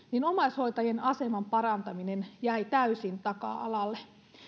omaishoitajien aseman parantaminen jäi täysin taka alalle